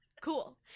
cool